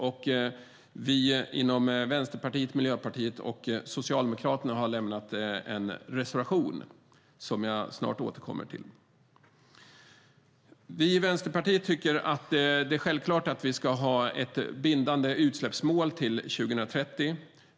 Vi inom Vänsterpartiet, Miljöpartiet och Socialdemokraterna har lämnat en reservation som jag snart ska återkomma till. Vi i Vänsterpartiet tycker att det är självklart att vi ska ha ett bindande utsläppsmål till 2030.